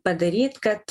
padaryti kad